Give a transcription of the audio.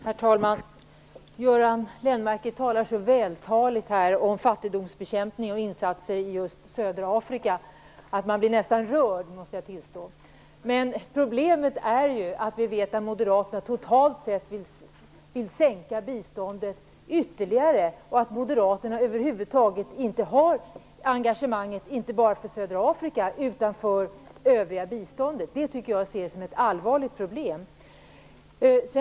Herr talman! Göran Lennmarker är så vältalig om fattigdomsbekämpning och insatser i just södra Afrika att man nästan blir rörd, måste jag tillstå. Men problemet är ju att vi vet att moderaterna totalt sett vill sänka biståndet ytterligare, och att moderaterna över huvud taget inte har engagemanget vare sig för södra Afrika eller för det övriga biståndet. Det ser jag som ett allvarligt problem.